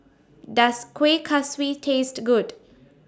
Does Kuih Kaswi Taste Good